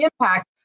impact